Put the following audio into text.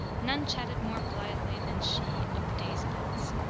none chatted more blithely than she of the day's events.